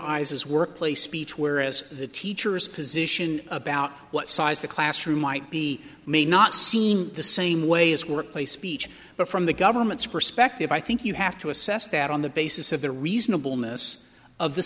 as workplace speech whereas the teacher's position about what size the classroom might be may not seem the same way as workplace speech but from the government's perspective i think you have to assess that on the basis of the reasonable miss of the